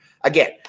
Again